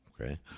okay